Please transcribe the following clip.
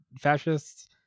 fascists